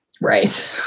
Right